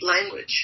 language